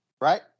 Right